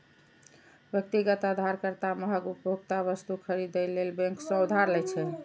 व्यक्तिगत उधारकर्ता महग उपभोक्ता वस्तु खरीदै लेल बैंक सं उधार लै छै